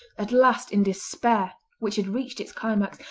at last in despair, which had reached its climax,